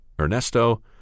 Ernesto